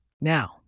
Now